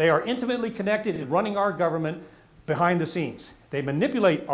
they are intimately connected running our government behind the scenes they manipulate